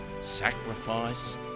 sacrifice